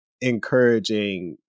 encouraging